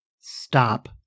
Stop